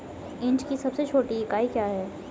Inch की सबसे छोटी इकाई क्या है?